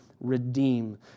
redeem